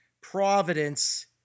Providence